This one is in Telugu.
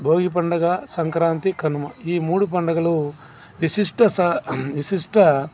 భోగి పండగ సంక్రాంతి కనుమ ఈ మూడు పండగలు విశిష్ట స విశిష్ట